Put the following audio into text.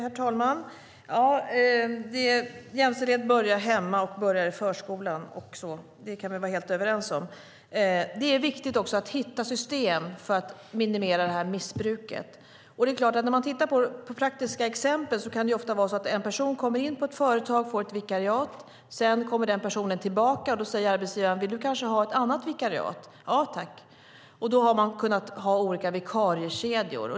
Herr talman! Att jämställdhet börjar hemma och också i förskolan kan vi vara helt överens om. Det är viktigt att hitta system för att minimera det här missbruket. Ett praktiskt exempel kan vara att en person kommer in på ett företag och får ett vikariat. Sedan kommer den som personen vikarierar för tillbaka och då frågar arbetsgivaren: Vill du kanske ha ett annat vikariat? Ja, tack! På så sätt har man kunnat ha olika vikariekedjor.